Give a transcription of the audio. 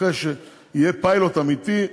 אחרי שיהיה פיילוט אמיתי,